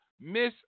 miss